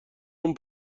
اون